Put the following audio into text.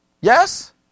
Yes